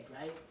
right